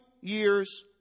years